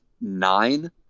nine